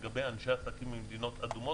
לגבי אנשי העסקים ממדינות אדומות,